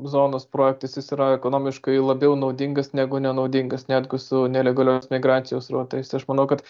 zonos projektas jis yra ekonomiškai labiau naudingas negu nenaudingas netgi su nelegalios migracijos srautais aš manau kad